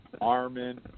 Armin